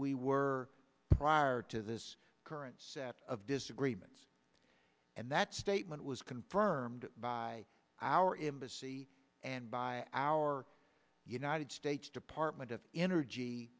we were prior to this current set of disagreements and that statement was confirmed by our embassy and by our united states department of energy